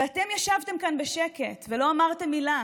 ואתם ישבתם כאן בשקט ולא אמרתם מילה.